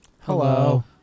hello